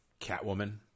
Catwoman